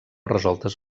resoltes